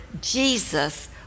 Jesus